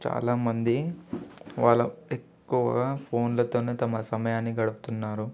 చాలామంది వాళ్ళ ఎక్కువగా ఫోన్లతోనే తమ సమయాన్ని గడుపుతున్నారు